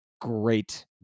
great